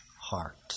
heart